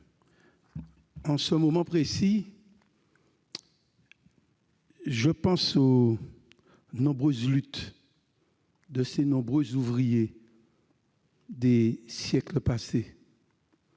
En ce moment précis, je pense aux nombreuses luttes ouvrières des siècles passés.